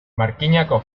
markinako